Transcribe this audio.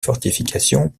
fortifications